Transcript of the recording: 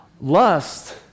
Lust